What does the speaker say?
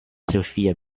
sophia